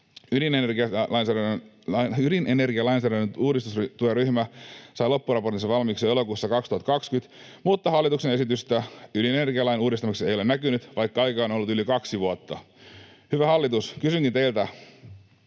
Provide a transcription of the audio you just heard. Ydinenergialainsäädännön uudistustyöryhmä sai loppuraporttinsa valmiiksi jo elokuussa 2020, mutta hallituksen esitystä ydinenergialain uudistamiseksi ei ole näkynyt, vaikka aikaa on ollut yli kaksi vuotta. Hyvä hallitus, kysynkin teiltä: